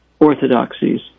orthodoxies